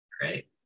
great